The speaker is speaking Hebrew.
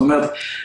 זאת אומרת,